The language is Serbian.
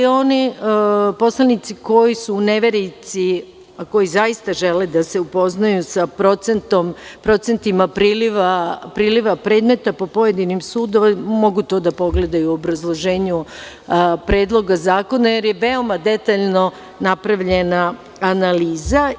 Oni poslanici koji su u neverici, a koji zaista žele da se upoznaju sa procentima priliva predmeta po pojedinim sudovima, mogu to da pogledaju u obrazloženju Predloga zakona, jer je veoma detaljno napravljena analiza.